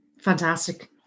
fantastic